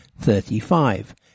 Thirty-five